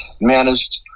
managed